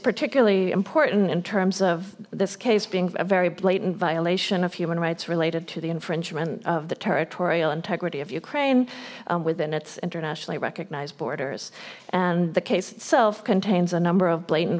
particularly important in terms of this case being a very blatant violation of human rights related to the infringement of the territorial integrity of ukraine within its internationally recognized borders and the case itself contains a number of blatant